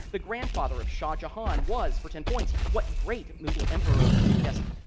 the grandfather of shah jahan was for ten points what great mughal emperor? yes.